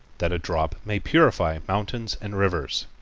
that a drop may purify mountains and rivers.